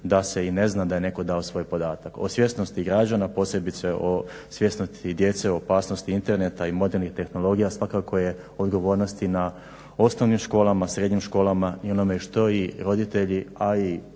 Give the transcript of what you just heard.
da se i ne zna da je netko dao svoj podatak. O svjesnosti građana posebice o svjesnosti djece, opasnosti interneta i modernih tehnologija svakako je odgovornost i na osnovnim školama, srednjim školama i onome što i roditelji, a i